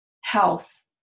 health